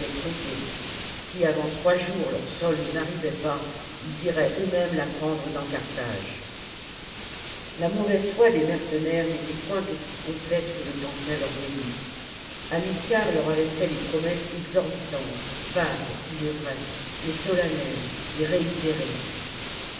trompés si avant trois jours leur solde n'arrivait pas ils iraient euxmêmes la prendre dans carthage la mauvaise foi des mercenaires n'était pomt aussi complète que le pensaient leurs ennemis hamilcar leur avait fait des promesses exorbitantes vagues il est vrai mais solennelles et réitérées